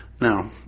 now